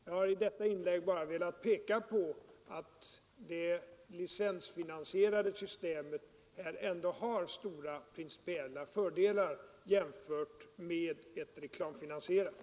Med detta inlägg har jag bara velat peka på att det licensfinansierade systemet ändå har stora principiella fördelar jämfört med ett reklamfinansierat.